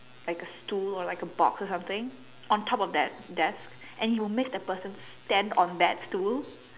like a stool or like a box or something on top of that desk and he would make that person stand on that stool